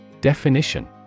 Definition